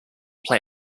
play